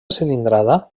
cilindrada